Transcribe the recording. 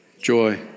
Joy